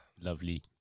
Lovely